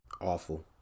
awful